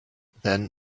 then